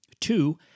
Two